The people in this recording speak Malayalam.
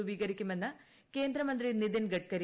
രൂപീകരിക്കുമെന്ന് ക്യ്ന്ദ്രമ്പ്രി നിധിൻ ഗഡ്കരി